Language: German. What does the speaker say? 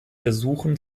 versuchen